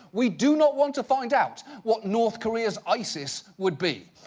we do not want to find out what north korea's isis would be.